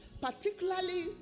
particularly